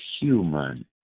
human